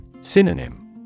Synonym